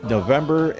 November